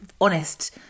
honest